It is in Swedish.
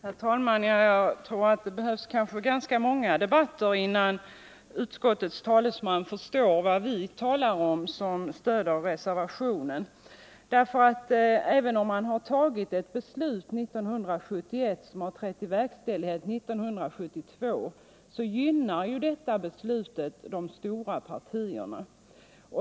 Herr talman! Jag tror att det behövs ganska många debatter innan utskottets talesman förstår vad vi som stöder reservationen talar om. Det är riktigt att riksdagen har fattat ett beslut 1971 som trädde i verkställighet 1972. Men det beslutet gynnar de stora partierna.